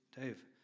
dave